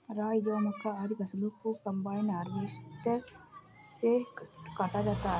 राई, जौ, मक्का, आदि फसलों को कम्बाइन हार्वेसटर से काटा जाता है